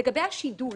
לגבי השידול,